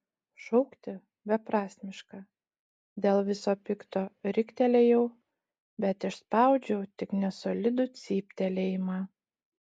šaukti beprasmiška dėl viso pikto riktelėjau bet išspaudžiau tik nesolidų cyptelėjimą